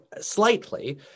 slightly